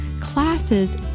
classes